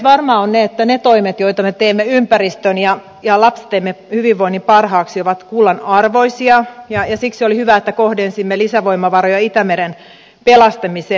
varmaa on että ne toimet joita me teemme ympäristön ja lastemme hyvinvoinnin parhaaksi ovat kullanarvoisia ja siksi oli hyvä että kohdensimme lisävoimavaroja itämeren pelastamiseen